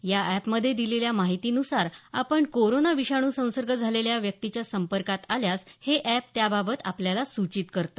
या अॅपमध्ये दिलेल्या माहितीनुसार आपण कोरोना विषाणू संसर्ग झालेल्या व्यक्तीच्या संपर्कात आल्यास हे अॅप त्याबाबत आपल्याला सूचित करतं